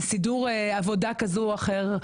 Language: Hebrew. לסידור עבודה כזה או אחר,